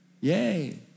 Yay